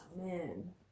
man